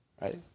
right